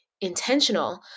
intentional